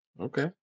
Okay